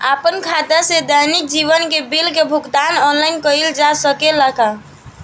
आपन खाता से दैनिक जीवन के बिल के भुगतान आनलाइन कइल जा सकेला का?